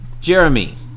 Jeremy